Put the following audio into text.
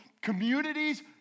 communities